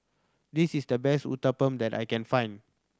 this is the best Uthapam that I can find